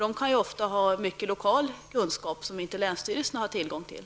De kan ofta ha mycket lokal kunskap som inte länsstyrelserna har tillgång till.